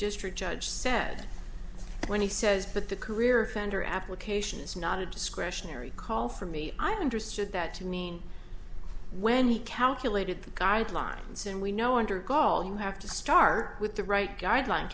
read judge said when he says but the career offender application is not a discretionary call for me i understood that to mean when he calculated the guidelines and we know under call you have to start with the right guideline